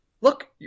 look